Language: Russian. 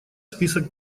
список